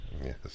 yes